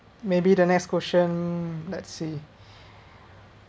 maybe the next question let's see